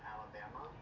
Alabama